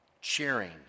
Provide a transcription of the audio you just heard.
Cheering